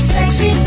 Sexy